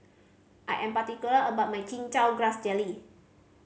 I am particular about my Chin Chow Grass Jelly